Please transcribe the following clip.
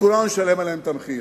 שכולנו נשלם עליה את המחיר.